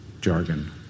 jargon